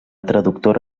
traductora